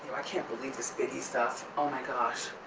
i can't believe this biggy stuff, oh my gosh.